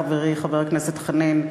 חברי חבר הכנסת חנין,